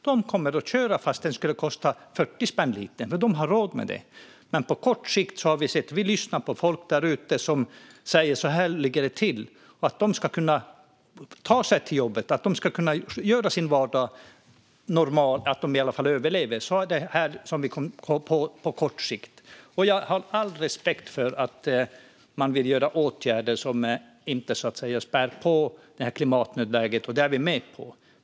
De kommer att köra även om det skulle kosta 40 spänn litern, för de har råd med det. Men på kort sikt har vi sagt att vi lyssnar på folk där ute. De ska kunna ta sig till jobbet och ha en normal vardag. De ska i alla fall överleva. Då är det detta vi gör på kort sikt. Jag har all respekt för att man vill ha åtgärder som inte spär på klimatnödläget. Det är vi med på.